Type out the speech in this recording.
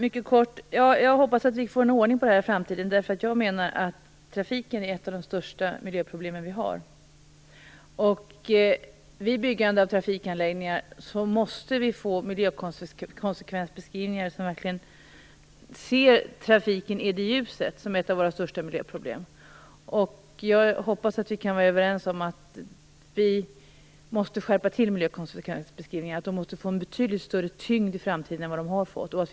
Herr talman! Jag hoppas att vi får ordning på detta i framtiden. Jag menar att trafiken är ett av de största miljöproblem vi har. Vid byggandet av trafikanläggningar måste vi få miljökonsekvensbeskrivningar som verkligen ser trafiken som ett av våra största miljöproblem. Jag hoppas att vi kan vara överens om att vi måste skärpa till miljökonsekvensbeskrivningarna. De måste få en betydligt större tyngd i framtiden än vad de har fått hittills.